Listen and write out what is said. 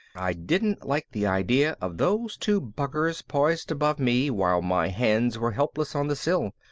i didn't like the idea of those two buggers poised above me while my hands were helpless on the sill.